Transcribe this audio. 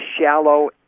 shallow